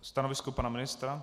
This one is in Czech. Stanovisko pana ministra?